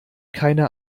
keine